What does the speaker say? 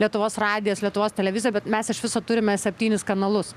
lietuvos radijas lietuvos televizija bet mes iš viso turime septynis kanalus